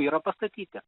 yra pastatyti